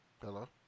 Hello